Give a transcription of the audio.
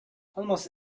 almost